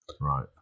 Right